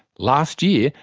last year,